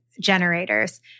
generators